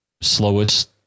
slowest